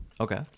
Okay